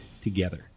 together